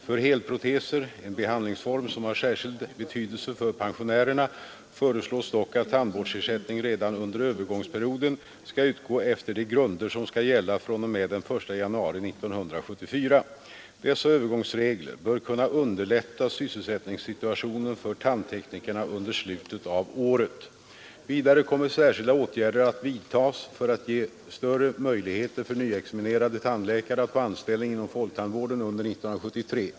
För helproteser — en behandlingsform som har särkild betydelse för pensionärerna — föreslås dock att tandvårdsersättning redan under övergångsperioden skall utgå efter de grunder som skall gälla fr.o.m. den 1 januari 1974. Dessa övergångsregler bör kunna underlätta sysselsättningssituationen för tandteknikerna under slutet av året. Vidare kommer särskilda åtgärder att vidtas för att ge större möjligheter för nyexaminerade tandläkare att få anställning inom folktandvården under 1973.